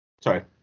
Sorry